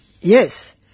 Yes